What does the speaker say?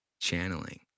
channeling